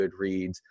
Goodreads